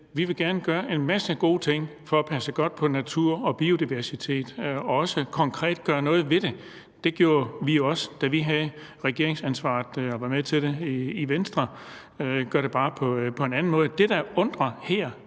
de vil – gerne gøre en masse gode ting for at passe godt på natur og biodiversitet og også konkret gøre noget ved det. Det gjorde vi jo også, da vi havde regeringsansvaret, og jeg var med til det i Venstre. Vi gør det bare på en anden måde. Det, der undrer her,